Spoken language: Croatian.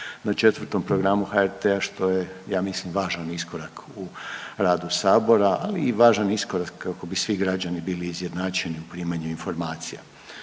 na 4. programu HRT-a, što je ja mislim važan iskorak u radu sabora, ali i važan iskorak kako bi svi građani bili izjednačeni u primanju informacija.